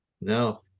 No